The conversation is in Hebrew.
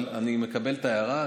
אבל אני מקבל את ההערה.